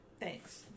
Thanks